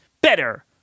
better